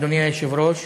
אדוני היושב-ראש.